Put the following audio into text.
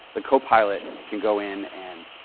the copilot can go in and,